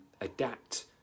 adapt